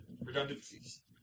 Redundancies